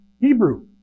Hebrew